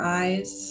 eyes